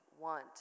want